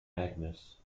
agnes